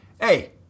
hey